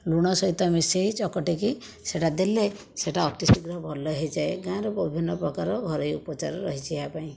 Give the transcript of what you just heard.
ଲୁଣ ସହିତ ମିଶାଇ ଚକଟିକି ସେଇଟା ଦେଲେ ସେଇଟା ଅତି ଶୀଘ୍ର ଭଲ ହୋଇଯାଏ ଗାଁରେ ବିଭିନ୍ନ ପ୍ରକାର ଘରୋଇ ଉପଚାର ରହିଛି ଏହା ପାଇଁ